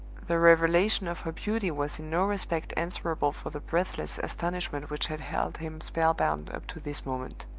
the revelation of her beauty was in no respect answerable for the breathless astonishment which had held him spell-bound up to this moment.